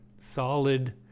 solid